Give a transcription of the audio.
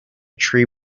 tree